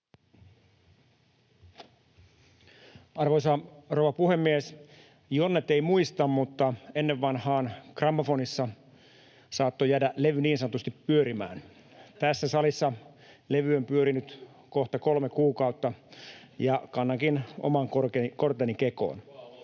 Arvoisa rouva puhemies! Jonnet ei muista, mutta ennen vanhaan gramofonissa saattoi jäädä levy niin sanotusti pyörimään. [Naurua oikealta] Tässä salissa levy on pyörinyt kohta kolme kuukautta, ja kannankin oman korteni kekoon.